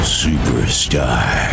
superstar